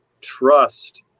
trust